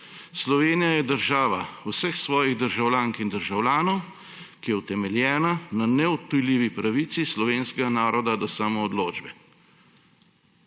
»Slovenija je država vseh svojih državljank in državljanov, ki je utemeljena na neodtujljivi pravici slovenskega naroda do samoodločbe«.